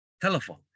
telephone